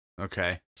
Okay